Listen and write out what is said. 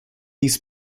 dies